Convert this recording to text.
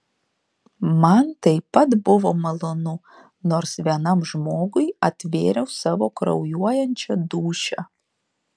man taip pat buvo malonu nors vienam žmogui atvėriau savo kraujuojančią dūšią